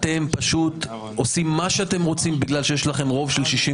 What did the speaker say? אתם פשוט עושים מה שאתם רוצים בגלל שיש לכם רוב של 61